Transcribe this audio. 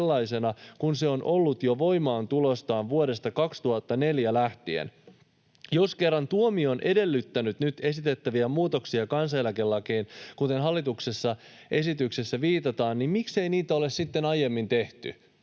sellaisena kuin se on ollut jo voimaantulostaan vuodesta 2004 lähtien. Jos kerran tuomio on edellyttänyt nyt esitettäviä muutoksia kansaneläkelakiin, kuten hallituksen esityksessä viitataan, niin miksei niitä ole sitten aiemmin tehty?”